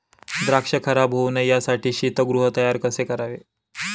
द्राक्ष खराब होऊ नये यासाठी शीतगृह तयार कसे करावे?